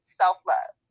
self-love